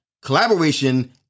Collaboration